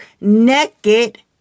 naked